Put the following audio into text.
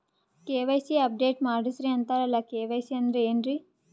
KYC update ಮಾಡಸ್ರೀ ಅಂತರಲ್ಲ KYC ಅಂದ್ರ ಏನ್ರೀ?